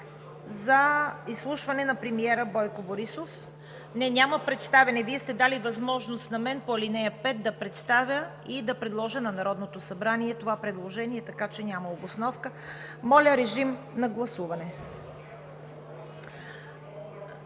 представител Корнелия Нинова.) Не, няма представяне. Вие сте дали възможност на мен по ал. 5 да представя и да предложа на Народното събрание това предложение, така че няма обосновка. Моля, режим на гласуване.